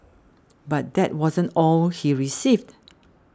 but that wasn't all he received